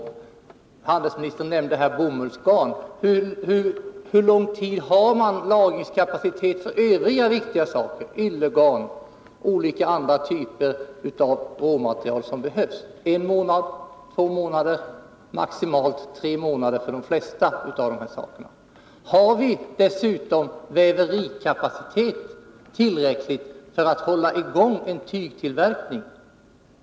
Handelsministern nämnde bomullsgarn. Hur stor lagringskapacitet har man för övriga viktiga saker, såsom yllegarn och andra typer av råmaterial som behövs? Jo, en eller två månader, och maximalt tre månader för de flesta av dessa råvaror. Har vi dessutom tillräcklig väverikapacitet för att hålla i gång en tygtillverkning?